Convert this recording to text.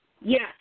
Yes